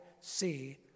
see